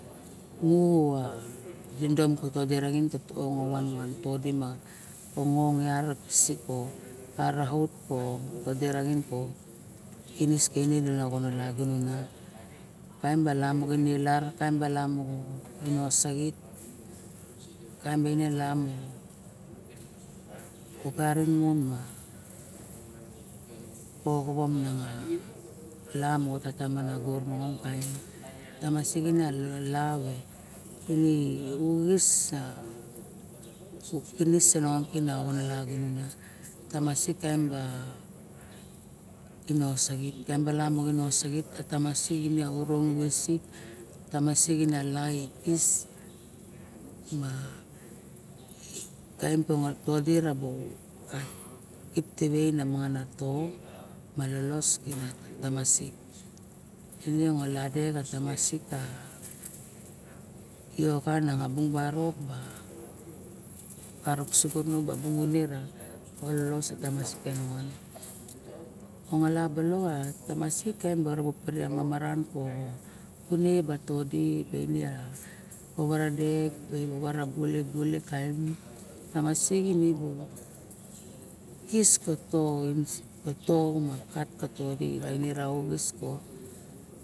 Mu a dinidom ka vaga raxin ka to nga vaga raxin ka to di ma ongo vang sik yot raut ko vaga raxin kinis ka oxon ne lagunon kaim ba la ne lar kaim balar ne osaxit kaim bala ne ogarin mo kovovan la mo tata ma nago ma tamasik me la kuni u uxis a u kinis ke nongon ka oxon ne lagunon tamasik kaim ba kinosaxitkaim bala ni oxasit ra tamasik na orong di xisik tamasik eme la me kis ma kaim da to do rabu kip teve ra om ma lolos ma kara tamasik ine ngola dek ra tamasik yoxa bung barok ma sik barok ubung une ololos a tamasik ke nongon ongoloa balok a tamasik kaim bara vet mara kp rune ba to di ba ine ovara dek ivavara dek dek bulebule kaim manga siga kis ko to ma kis kato kat ka to di ra uxis